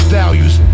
values